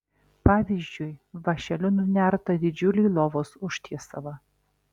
pavyzdžiui vąšeliu nunertą didžiulį lovos užtiesalą